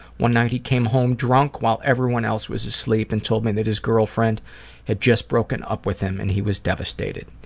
one night he came home drunk while everyone else was asleep and told me that his girlfriend had just broken up with him and he was devastated.